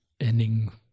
ending